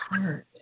heart